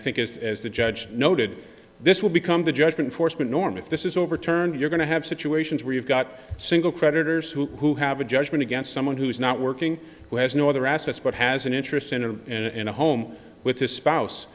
think is as the judge noted this will become the judgment foresman norm if this is overturned you're going to have situations where you've got single creditors who have a judgment against someone who is not working who has no other assets but has an interest in a in a home with a spouse